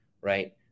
right